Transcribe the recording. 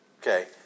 Okay